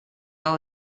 but